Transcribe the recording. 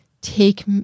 take